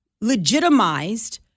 legitimized